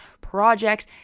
projects